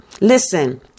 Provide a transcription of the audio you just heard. Listen